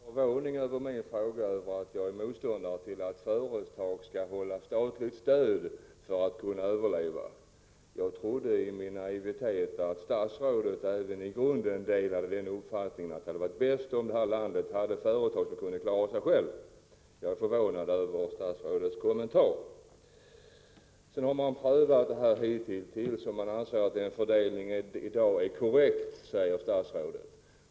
Fru talman! Statsrådet är förvånad över min fråga och över att jag är motståndare till att företag skall erhålla statligt stöd för att överleva. Jag trodde i min naivitet att även statsrådet i grunden delade den uppfattningen att det hade varit bäst om vårt land hade företag som kunde klara sig själva. Jag är förvånad över statsrådets kommentar. Man har alltså prövat frågan hitintills, och statsrådet anser att fördelningen är korrekt för närvarande.